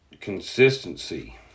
consistency